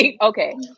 okay